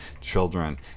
children